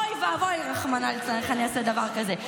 אוי ואבוי, רחמנא ליצלן, איך אני אעשה דבר כזה.